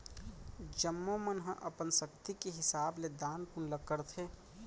जम्मो मन ह अपन सक्ति के हिसाब ले दान पून ल करथे